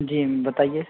जी बताइए